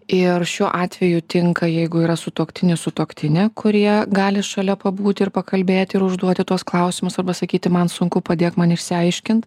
ir šiuo atveju tinka jeigu yra sutuoktinis sutuoktinė kurie gali šalia pabūti ir pakalbėti ir užduoti tuos klausimus arba sakyti man sunku padėk man išsiaiškint